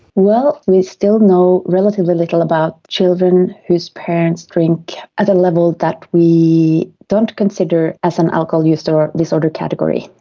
well, we still know relatively little about children whose parents drink at a level that we don't consider as an alcohol use or disorder category.